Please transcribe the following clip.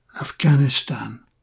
Afghanistan